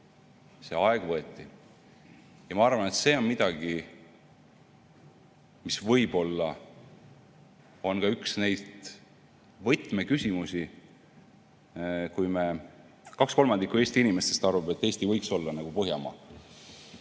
See aeg võeti. Ma arvan, et see on midagi, mis võib olla ka üks võtmeküsimusi. Kaks kolmandikku Eesti inimestest arvab, et Eesti võiks olla nagu Põhjamaa.